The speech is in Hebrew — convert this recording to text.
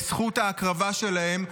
בזכות ההקרבה שלהם,